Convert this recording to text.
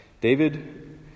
David